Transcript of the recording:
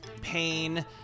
pain